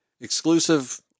exclusive